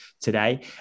today